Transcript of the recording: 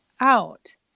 out